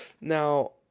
Now